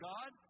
God